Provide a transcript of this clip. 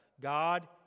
God